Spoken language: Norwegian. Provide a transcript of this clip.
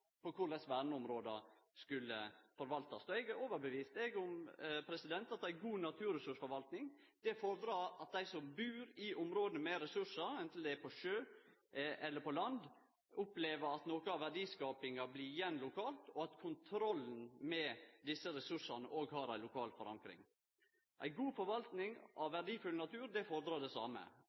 på korleis verneområda skulle forvaltast. Eg er overtydd om at ei god naturressursforvalting fordrar at dei som bur i områda med ressursar, anten det er i sjø eller på land, opplever at noko av verdiskapinga blir igjen lokalt, og at kontrollen med desse ressursane òg har ei lokal forankring. Ei god forvalting av verdifull natur fordrar det same